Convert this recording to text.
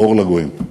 אור לגויים.